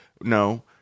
No